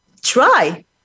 try